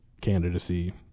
candidacy